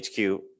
HQ